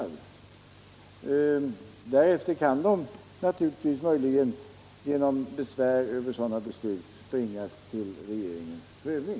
Därefter kan de naturligtvis möjligen genom besvär över sådana beslut bringas till regeringens prövning.